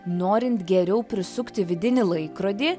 norint geriau prisukti vidinį laikrodį